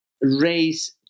race